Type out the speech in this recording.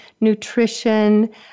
nutrition